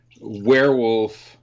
werewolf